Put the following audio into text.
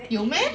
有 meh